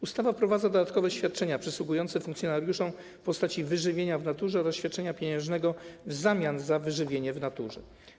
Ustawa wprowadza dodatkowe świadczenia przysługujące funkcjonariuszom w postaci wyżywienia w naturze oraz świadczenia pieniężnego w zamian za wyżywienie w naturze.